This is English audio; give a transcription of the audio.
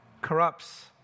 corrupts